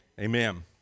amen